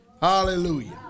Hallelujah